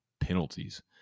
penalties